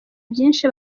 byinshi